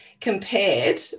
compared